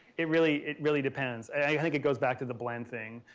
it really, it really depends. i think it goes back to the blend thing.